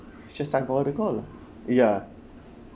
it's just time for her to go ya